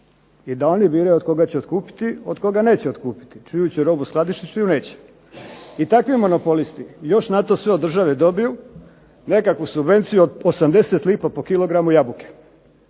i da oni biraju od koga će otkupiti, od koga neće otkupiti, čiju će robu skladištiti, čiju neće. I takvi monopolisti još na to sve od države dobiju nekakvu subvenciju od 80 lipa po kilogramu jabuke.